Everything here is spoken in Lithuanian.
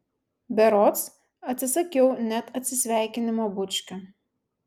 berods atsisakiau net atsisveikinimo bučkio